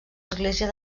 església